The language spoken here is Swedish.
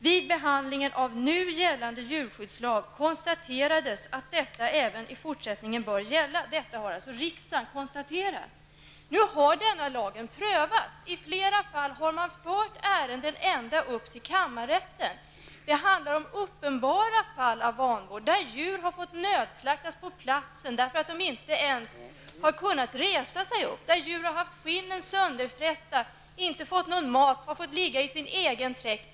Vid behandlingen av nu gällande djurskyddslag konstaterades att detta även i fortsättningen bör gälla.'' Detta har alltså riksdagen konstaterat. Nu har denna lag prövats. I flera fall har man fört ärenden ända upp till kammarrätten. Det handlar om uppenbara fall av vanvård, där djur har fått nödslaktas på platsen därför att de inte ens har kunnat resa sig upp, där djur har haft skinnen sönderfrätta, inte fått någon mat, fått ligga i sin egen träck.